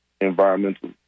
Environmental